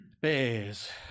bears